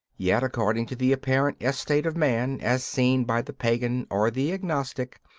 yet, according to the apparent estate of man as seen by the pagan or the agnostic,